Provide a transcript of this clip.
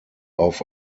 auf